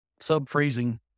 sub-freezing